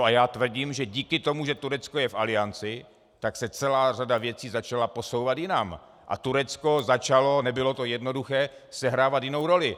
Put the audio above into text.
A já tvrdím, že díky tomu, že Turecko je v Alianci, tak se celá řada věcí začala posouvat jinam a Turecko začalo, nebylo to jednoduché, sehrávat jinou roli.